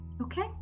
okay